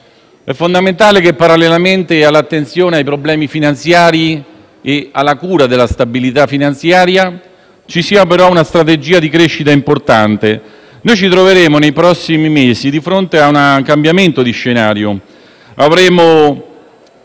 È fondamentale che, parallelamente all'attenzione ai problemi finanziari e alla cura della stabilità finanziaria, ci sia una strategia di crescita importante. Noi ci troveremo nei prossimi mesi di fronte a un cambiamento di scenario.